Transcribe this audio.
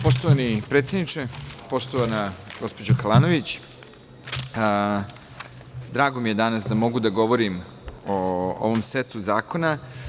Poštovani predsedniče, poštovana gospođo Kalanović, drago mi je da danas mogu da govorim o ovom setu zakona.